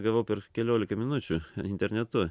gavau per keliolika minučių internetu